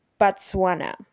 Botswana